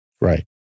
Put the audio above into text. Right